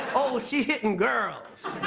oh, she hitting girls.